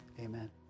Amen